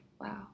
Wow